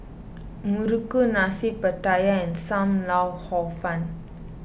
Muruku Nasi Pattaya and Sam Lau Hor Fun